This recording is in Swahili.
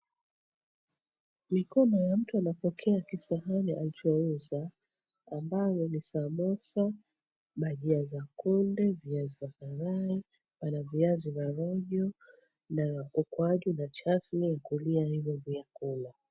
Mikono ya mtu anapokea kisahani alichouza, ambayo ni samosa, bajia za kunde, viazi vya karai, pana viazi vya roho na ukwaju na chachni kulia hivyo vyakula.